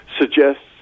suggests